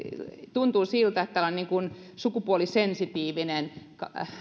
tuntuu siltä että tällainen sukupuolisensitiivinen